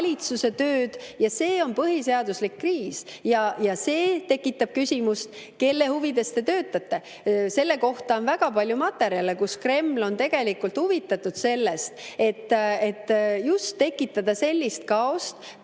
valitsuse tööd ja see on põhiseaduslik kriis. See tekitab küsimuse, kelle huvides te töötate. Selle kohta on väga palju materjale, kus Kreml on tegelikult huvitatud sellest, et just tekitada sellist kaost,